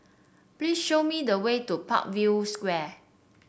please show me the way to Parkview Square